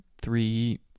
three